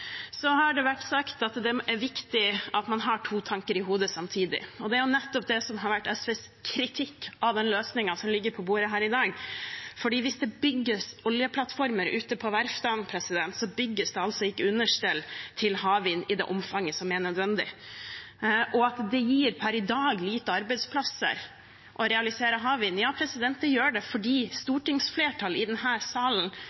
Så har det vært sagt at det er viktig at man har to tanker i hodet samtidig. Det er nettopp det som har vært SVs kritikk av den løsningen som ligger på bordet her i dag, for hvis det bygges oljeplattformer ute på verftene, bygges det altså ikke understell til havvind i det omfanget som er nødvendig. Per i dag gir det få arbeidsplasser å realisere havvind,